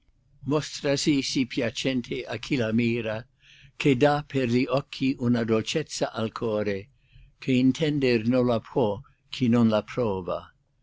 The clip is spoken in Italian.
mostrasi sì piacente a chi la mira che dà per gli occhi una dolcezza al core che ntender non la può chi non la prova